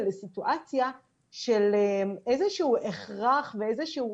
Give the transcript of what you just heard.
לסיטואציה של איזה שהוא הכרח ואיזה שהוא